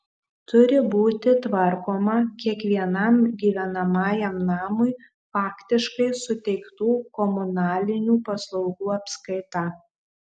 turi būti tvarkoma kiekvienam gyvenamajam namui faktiškai suteiktų komunalinių paslaugų apskaita